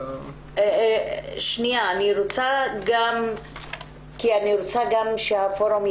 הייתי רוצה שנציגי פורום דו-קיום